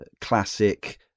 classic